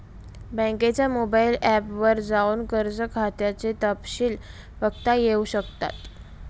बँकेच्या mobile app वर जाऊन कर्ज खात्याचे तपशिल बघता येऊ शकतात